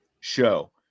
show